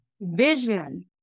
vision